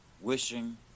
wishing